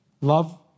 Love